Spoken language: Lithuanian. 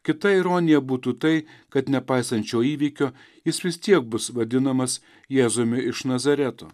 kita ironija būtų tai kad nepaisant šio įvykio jis vis tiek bus vadinamas jėzumi iš nazareto